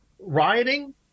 Rioting